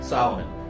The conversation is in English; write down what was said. Solomon